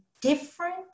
different